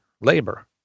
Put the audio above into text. labor